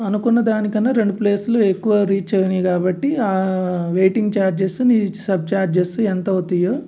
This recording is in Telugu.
అనుకున్న దానికన్నా రెండు ప్లేస్లు ఎక్కువ రీచ్ అయినాయి కాబట్టి ఆ వెయిటింగ్ ఛార్జెస్ నీ సబ్ చార్జెస్ ఎంత అవుతాయో